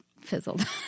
fizzled